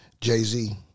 Jay-Z